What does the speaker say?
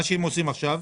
מה שהם עושים עכשיו,